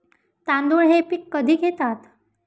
तांदूळ हे पीक कधी घेतात?